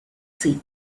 sea